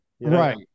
Right